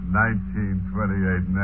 1928